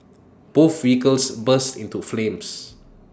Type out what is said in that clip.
both vehicles burst into flames